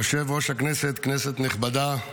יושב-ראש הישיבה, כנסת נכבדה,